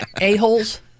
A-holes